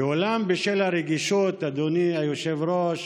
אולם בשל הרגישות, אדוני היושב-ראש,